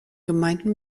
gemeinden